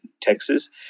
Texas